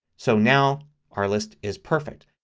so now our list is perfect.